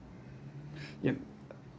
yup